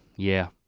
yeah,